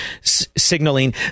signaling